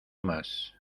más